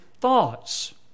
thoughts